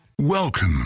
Welcome